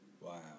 Wow